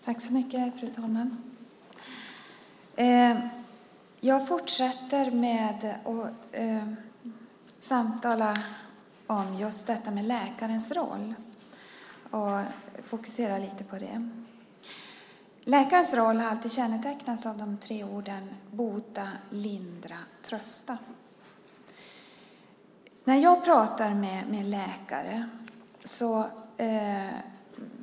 Fru talman! Jag fortsätter att samtala om och fokusera lite på just läkarens roll. Läkarens roll har alltid kännetecknats av de tre orden bota, lindra, trösta.